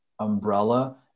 umbrella